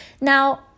Now